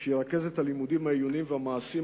את לימודי הנהיגה העיוניים והמעשיים,